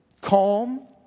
calm